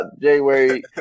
January